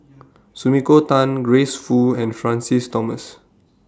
Sumiko Tan Grace Fu and Francis Thomas